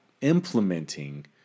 implementing